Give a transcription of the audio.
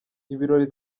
ibirori